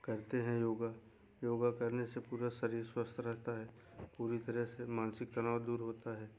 करते है yoga yoga करने से पूरा शरीर स्वस्थ रहता है पूरी तरह से मानसिक तनाव दूर होता है